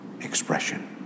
expression